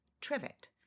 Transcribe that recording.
trivet